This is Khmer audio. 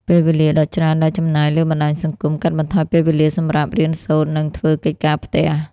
ពេលវេលាដ៏ច្រើនដែលចំណាយលើបណ្ដាញសង្គម កាត់បន្ថយពេលវេលាសម្រាប់រៀនសូត្រ និង ធ្វើកិច្ចការផ្ទះ។